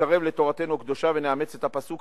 נתקרב לתורתנו הקדושה ונאמץ את הפסוק